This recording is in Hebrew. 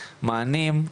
מענים,